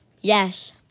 Yes